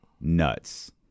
nuts